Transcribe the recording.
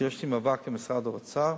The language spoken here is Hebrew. ויש לי מאבק עם משרד האוצר: